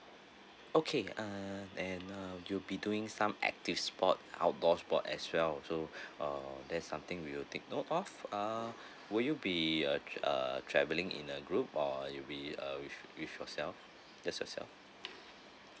okay uh and uh you'll be doing some active sport outdoor sport as well so uh there's something we will take note of uh would you be err err traveling in a group or you'll be uh with with yourself just yourself